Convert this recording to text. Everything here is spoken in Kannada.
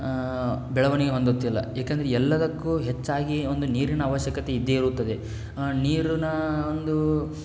ಬೆಳವಣಿಗೆ ಹೊಂದುತ್ತಿಲ್ಲ ಏಕೆಂದರೆ ಎಲ್ಲದಕ್ಕೂ ಹೆಚ್ಚಾಗಿ ಒಂದು ನೀರಿನ ಅವಶ್ಯಕತೆ ಇದ್ದೇ ಇರುತ್ತದೆ ನೀರಿನ ಒಂದು